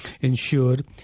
insured